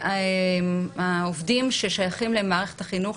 שהעובדים ששייכים למערכת החינוך,